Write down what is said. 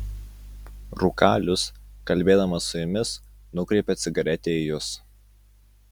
rūkalius kalbėdamas su jumis nukreipia cigaretę į jus